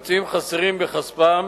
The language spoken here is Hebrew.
והם יוצאים חסרים בכספם,